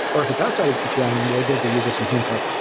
or if it's outside of ttl and we'll give the user some hints like,